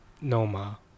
Noma